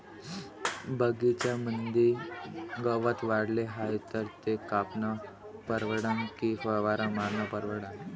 बगीच्यामंदी गवत वाढले हाये तर ते कापनं परवडन की फवारा मारनं परवडन?